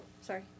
sorry